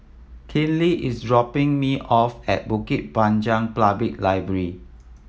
Kinley is dropping me off at Bukit Panjang Public Library